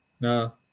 No